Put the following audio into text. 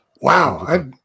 Wow